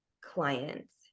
clients